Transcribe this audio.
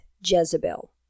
Jezebel